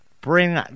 bring